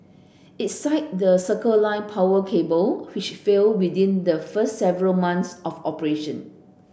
it cited the Circle Line power cable which failed within the first several months of operation